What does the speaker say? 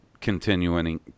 continuing